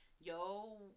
yo